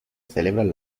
celebran